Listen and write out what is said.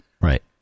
right